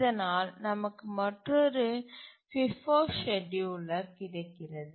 இதனால் நமக்கு மற்றொரு ஃபிஃபோ செட்யூலர் கிடைக்கிறது